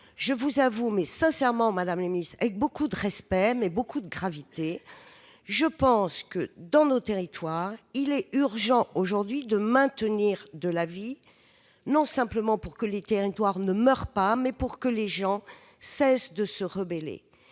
Je vous avoue sincèrement, madame la secrétaire d'État, avec beaucoup de respect, mais aussi beaucoup de gravité, que, dans nos territoires, il est urgent aujourd'hui de maintenir de la vie, non seulement pour que les territoires ne meurent pas, mais pour que les gens cessent de se rebeller.